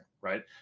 right